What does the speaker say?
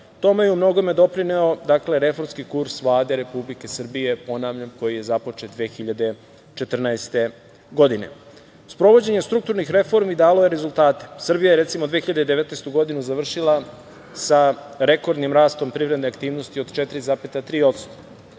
Tome je umnogome doprineo reformski kurs Vlade Republike Srbije, ponavljam, koji je započet 2014. godine. Sprovođenje strukturnih reformi dalo je rezultate. Srbija je, recimo, 2019. godinu završila sa rekordnim rastom privredne aktivnosti od 4,3%.